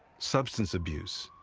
substance abuse.